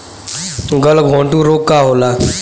गलघोंटु रोग का होला?